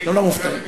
אתם לא מופתעים.